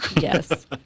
Yes